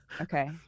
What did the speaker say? okay